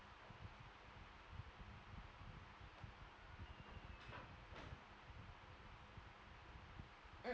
mm